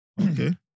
Okay